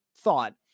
thought